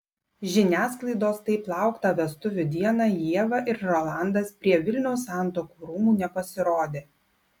žiniasklaidos taip lauktą vestuvių dieną ieva ir rolandas prie vilniaus santuokų rūmų nepasirodė